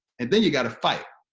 and then you got to fight,